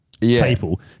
People